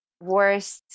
worst